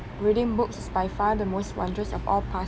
reading books is by far the most wondrous of all past~